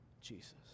Jesus